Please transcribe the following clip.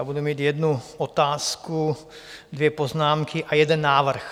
Budu mít jednu otázku, dvě poznámky a jeden návrh.